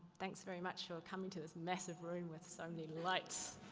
thanks very much for coming to this massive room with so many lights.